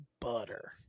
butter